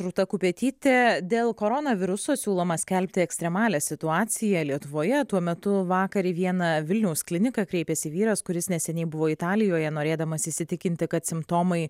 rūta kupetytė dėl koronaviruso siūloma skelbti ekstremalią situaciją lietuvoje tuo metu vakar į vieną vilniaus kliniką kreipėsi vyras kuris neseniai buvo italijoje norėdamas įsitikinti kad simptomai